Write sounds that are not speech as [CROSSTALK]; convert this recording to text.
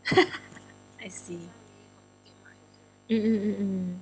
[LAUGHS] I see mm mm mm mm